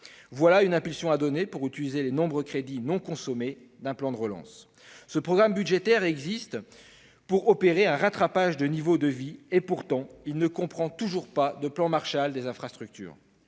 Voilà une impulsion à donner pour utiliser les nombreux crédits non consommés d'un plan de relance ! Ce programme budgétaire a pour vocation d'opérer un rattrapage de niveau de vie ; et pourtant, il ne comprend toujours pas de plan Marshall des infrastructures,